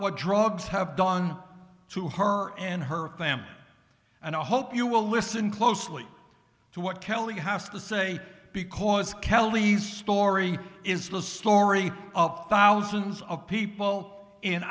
what drugs have done to her and her family and i hope you will listen closely to what kelly has to say because kelly's story is the story of thousands of people in